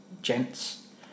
gents